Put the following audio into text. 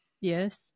Yes